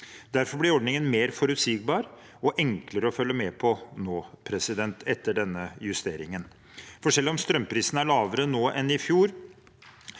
Derfor blir ordningen mer forutsigbar og enklere å følge med på etter denne justeringen. Selv om strømprisene er lavere nå enn i fjor,